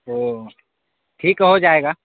اوہ ٹھیک ہے ہو جائے گا